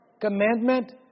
commandment